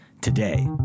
today